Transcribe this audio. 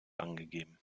angegeben